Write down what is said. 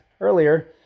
earlier